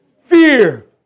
Fear